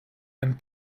and